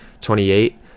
Twenty-eight